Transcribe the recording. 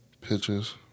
pictures